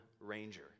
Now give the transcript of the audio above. ranger